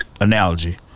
analogy